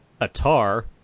Atar